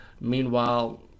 Meanwhile